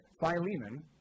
Philemon